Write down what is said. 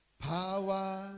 power